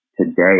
Today